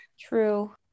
True